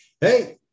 hey